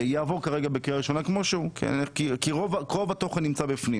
יעבור כרגע בקריאה ראשונה כפי הוא כיוון רוב התוכן נמצא בפנים.